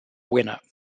winner